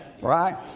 right